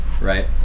Right